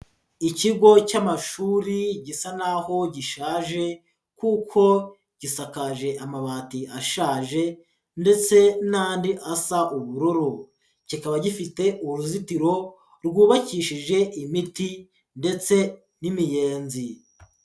Ikigo cy'amashuri gisa n'aho gishaje kuko gisakaje amabati ashaje ndetse n'andi asa ubururu, kikaba gifite uruzitiro rwubakishije imiti ndetse n'imiyenzi.